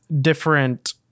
different